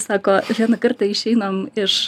sako vieną kartą išeiname iš